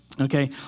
Okay